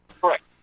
Correct